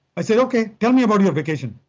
i said, okay, tell me about your vacation.